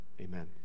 Amen